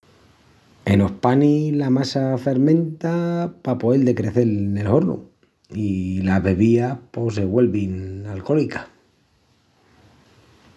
Enos panis, la massa fermenta pa poel de crecel nel hornu i las bebías pos se güelvin alcólicas.